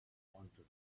wanted